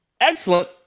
excellent